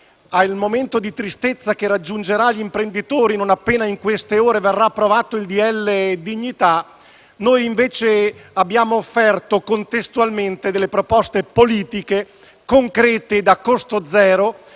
Al momento di tristezza che raggiungerà gli imprenditori non appena in queste ore verrà approvato il decreto-legge dignità, noi invece attireremo contestualmente delle proposte politiche concrete e a costo zero,